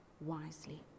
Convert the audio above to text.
wisely